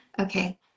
Okay